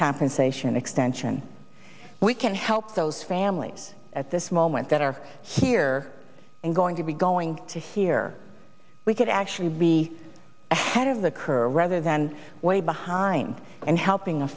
compensation extension we can help those families at this moment that are here and going to be going to here we could actually be ahead of the curve rather than way behind and helping a